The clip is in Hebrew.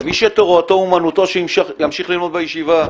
מי שתורתו אמנותו שימשיך ללמוד בישיבה.